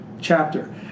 chapter